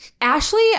Ashley